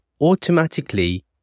automatically